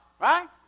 right